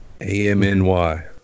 AMNY